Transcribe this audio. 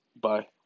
Bye